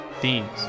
themes